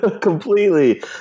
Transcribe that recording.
completely